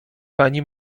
pani